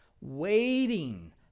Waiting